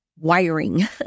wiring